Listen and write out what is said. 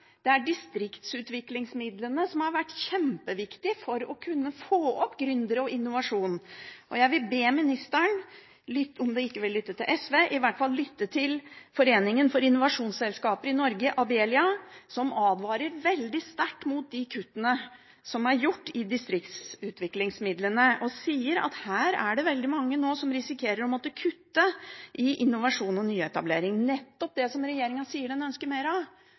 det er distriktsutviklingsmidlene, som har vært kjempeviktige for å kunne få opp gründere og innovasjon. Jeg vil be ministeren, om hun ikke vil lytte til SV, i hvert fall lytte til Foreningen for innovasjonsselskaper i Norge i Abelia som advarer veldig sterkt mot kuttene som er gjort i distriktsutviklingsmidlene, og sier at det er veldig mange nå som risikerer å måtte kutte i innovasjon og nyetablering – nettopp det som regjeringen sier den ønsker mer av.